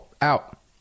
out